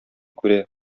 күрә